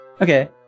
Okay